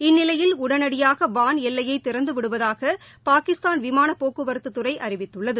இந்நிலையில் உடனடியாகவான் எல்லையைதிறந்துவிடுவதாகபாகிஸ்தான் விமானபோக்குவரத்துத்துறைஅறிவித்துள்ளது